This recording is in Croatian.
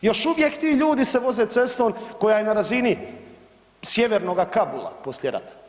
Još uvijek ti ljudi se voze cestom koja je na razini Sjevernoga Kabula poslije rata.